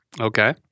Okay